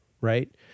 right